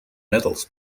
metals